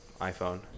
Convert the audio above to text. iPhone